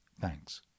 Thanks